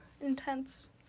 intense